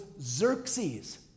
Xerxes